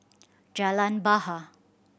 Jalan Bahar